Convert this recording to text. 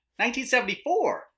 1974